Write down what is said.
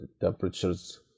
Temperatures